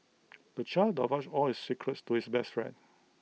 the child divulged all his secrets to his best friend